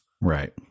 right